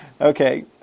okay